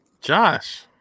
Josh